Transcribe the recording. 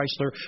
Chrysler